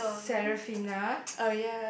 or like Seraphina